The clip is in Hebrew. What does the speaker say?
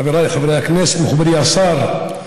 חבריי חברי הכנסת, מכובדי השר,